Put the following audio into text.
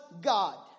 God